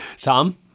Tom